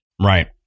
Right